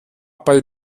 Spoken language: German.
bei